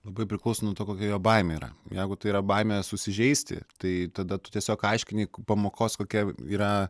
labai priklauso nuo to kokia jo baimė yra jeigu tai yra baimė susižeisti tai tada tu tiesiog aiškini pamokos kokia yra